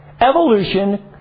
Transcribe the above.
Evolution